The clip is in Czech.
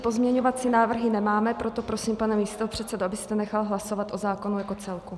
Takže pozměňovací návrhy nemáme, proto prosím, pane místopředsedo, abyste nechal hlasovat o zákonu jako celku.